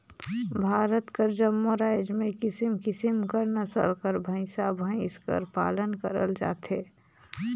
भारत कर जम्मो राएज में किसिम किसिम कर नसल कर भंइसा भंइस कर पालन करल जाथे